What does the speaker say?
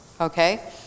Okay